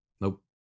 Nope